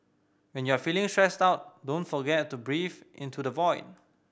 when you are feeling stressed out don't forget to breathe into the void